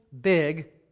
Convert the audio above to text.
big